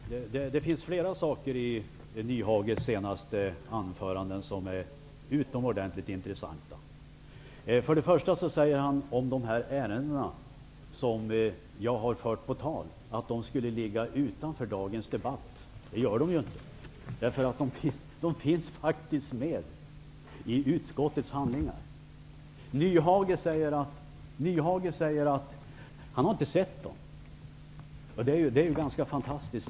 Herr talman! Det finns flera saker i Hans Nyhages senaste anförande som är utomordentligt intressanta. Till att börja med säger han om dessa ärenden, som jag har fört på tal, att de skulle ligga utanför dagens debatt. Det gör de inte. De finns faktiskt med i utskottets handlingar. Hans Nyhage säger att han inte har sett handlingarna. Det är ganska fantastiskt.